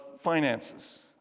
finances